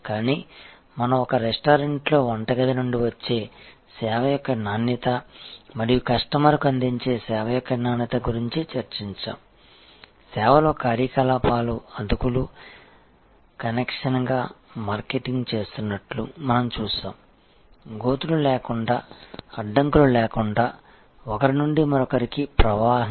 కానీ మనం ఒక రెస్టారెంట్లో వంటగది నుండి వచ్చే సేవ యొక్క నాణ్యత మరియు కస్టమర్కు అందించే సేవ యొక్క నాణ్యత గురించి చర్చించాము సేవలో కార్యకలాపాలు అతుకులు కనెక్షన్గా మార్కెటింగ్ చేస్తున్నట్లు మనం చూశాము గోతులు లేకుండా అడ్డంకులు లేకుండా ఒకరి నుండి మరొకరికి ప్రవాహంగా